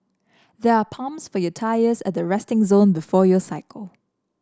there are pumps for your tyres at the resting zone before you cycle